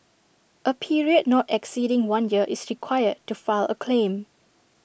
A period not exceeding one year is required to file A claim